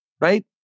right